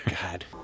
God